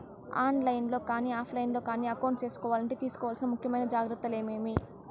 On line లో కానీ offline లో కానీ అకౌంట్ సేసుకోవాలంటే తీసుకోవాల్సిన ముఖ్యమైన జాగ్రత్తలు ఏమేమి?